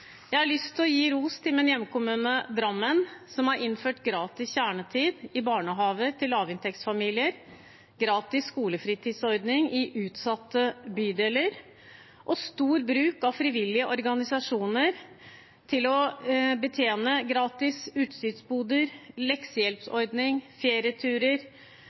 Jeg har lyst til å gi ros til min hjemkommune, Drammen, som har innført gratis kjernetid i barnehager for lavinntektsfamilier, gratis skolefritidsordning i utsatte bydeler og stor bruk av frivillige organisasjoner til å betjene gratis